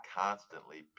constantly